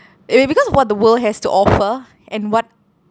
it may be cause of what the world has to offer and what